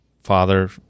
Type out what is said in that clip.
Father